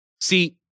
See